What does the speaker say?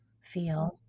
feel